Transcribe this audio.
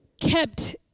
kept